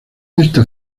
esta